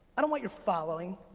i don't want your following,